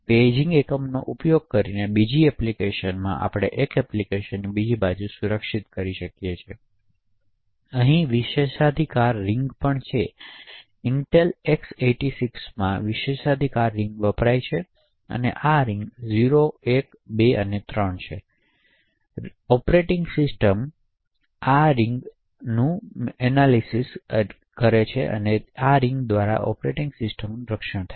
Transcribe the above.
paging એકમનો ઉપયોગ કરીને બીજી એપ્લિકેશનમાંથી આપણે એક એપ્લિકેશનને બીજી બાજુ સુરક્ષિત કરી શકશે ત્યાં વિશેષાધિકાર રિંગ્સ પણ છે ઇન્ટેલ x86 માં વિશેષાધિકાર રિંગ્સ વપરાય છે વિશેષાધિકાર રિંગ્સ 0 1 2 અને 3 છે તેથી આ રિંગ્સ ઑપરેટિંગ સિસ્ટમનું એપ્લિકેશનથી રક્ષણ કરશે